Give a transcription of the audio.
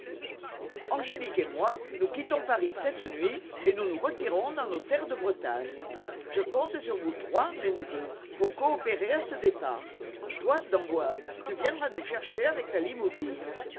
angélique et moi nous quittons paris cette nuit et nous nous retirons dans nos terres de bretagne je compte sur vous trois mes neveux pour coopérer à ce départ toi d'emboise tu viendras nous chercher avec ta limousine